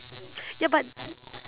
ya but